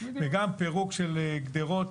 וגם פירוק של גדרות,